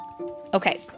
Okay